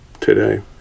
today